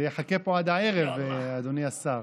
זה יחכה פה עד הערב, אדוני השר.